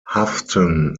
houghton